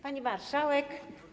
Pani Marszałek!